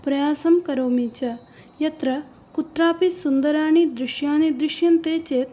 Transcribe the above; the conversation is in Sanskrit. प्रयासं करोमि च यत्र कुत्रापि सुन्दराणि दृश्यानि दृश्यन्ते चेत्